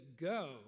go